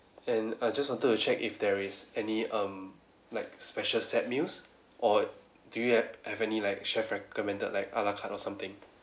and I just wanted to check if there is any um like special set meals or do you have have any like chef recommended like a la carte or something